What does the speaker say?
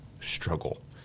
struggle